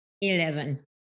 Eleven